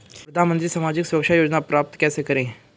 प्रधानमंत्री सामाजिक सुरक्षा योजना प्राप्त कैसे करें?